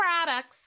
products